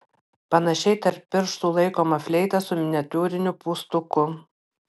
panašiai tarp pirštų laikoma fleita su miniatiūriniu pūstuku